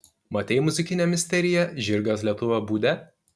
matei muzikinę misteriją žirgas lietuvio būde